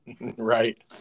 Right